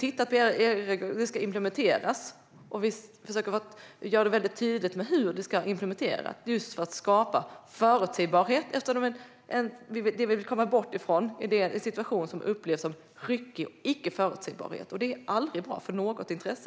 Det ska implementeras, och vi försöker göra det väldigt tydligt hur det ska implementeras - just för att skapa förutsägbarhet. Det vi vill komma bort från är nämligen en situation som upplevs som ryckig och icke förutsägbar. Det är aldrig bra för något intresse.